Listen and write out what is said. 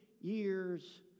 years